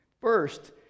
First